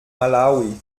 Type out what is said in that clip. malawi